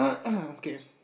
okay